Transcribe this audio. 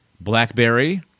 BlackBerry